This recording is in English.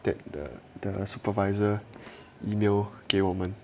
that the the supervisor email 给我们